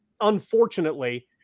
unfortunately